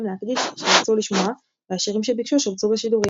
להקדיש שירצו לשמוע והשירים שביקשו שובצו בשידורים.